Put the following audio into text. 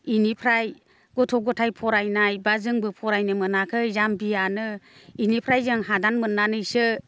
बेनिफ्राय गथ' गथाइ फरायनाय एबा जोंबो फरायनो मोनाखै जामबियानो बेनिफ्राय जों हादान मोननानैसो